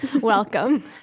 Welcome